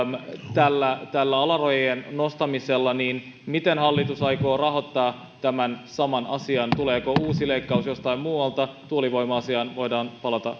tällä tällä alarajojen nostamisella miten hallitus aikoo rahoittaa tämän saman asian tuleeko uusi leikkaus jostain muualta tuulivoima asiaan voidaan palata